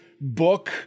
book